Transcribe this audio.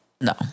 No